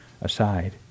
aside